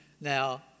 now